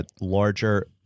larger